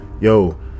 yo